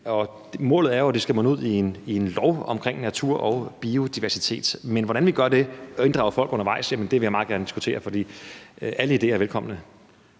Målet er jo, at det skal munde ud i en lov om natur og biodiversitet, men hvordan vi gør det, og hvordan vi inddrager folk undervejs, vil jeg meget gerne diskutere, og alle idéer er velkomne.